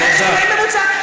משך חיים ממוצע.